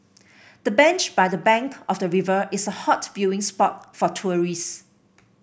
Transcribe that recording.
the bench by the bank of the river is a hot viewing spot for tourists